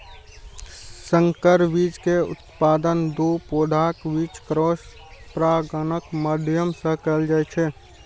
संकर बीज के उत्पादन दू पौधाक बीच क्रॉस परागणक माध्यम सं कैल जाइ छै